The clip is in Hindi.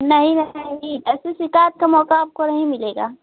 नहीं नहीं नहीं ऐसी शिकायत का मौका आपको नहीं मिलेगा